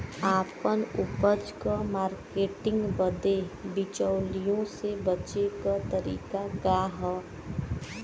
आपन उपज क मार्केटिंग बदे बिचौलियों से बचे क तरीका का ह?